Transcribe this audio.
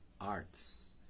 arts